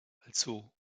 also